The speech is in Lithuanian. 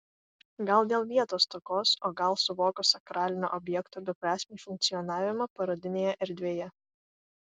gal dėl vietos stokos o gal suvokus sakralinio objekto beprasmį funkcionavimą parodinėje erdvėje